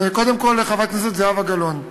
קודם כול, לחברת הכנסת זהבה גלאון: